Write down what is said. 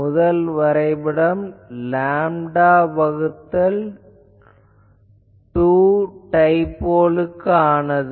முதல் வரைபடம் லேம்டா வகுத்தல் 2 டைபோலுக்கானது